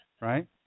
right